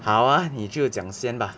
好 ah 你就讲先 bah